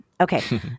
Okay